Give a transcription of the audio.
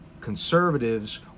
conservatives